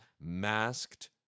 Masked